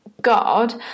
God